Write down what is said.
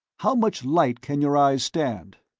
how much light can your eyes stand?